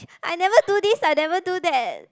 I never do this I never do that